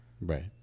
Right